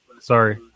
sorry